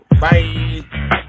bye